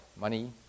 money